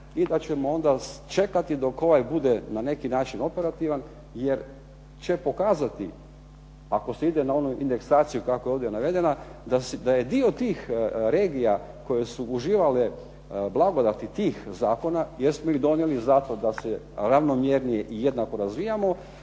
i da ćemo onda čekati dok ovaj bude na neki način operativan jer će pokazati ako se ide na onu indeksaciju kako je ovdje navedena da je dio tih regija koje su uživale blagodati tih zakona jer smo ih donijeli zato da se ravnomjernije i jednako razvijamo,